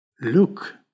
Look